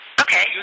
Okay